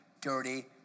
dirty